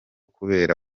kubera